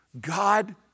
God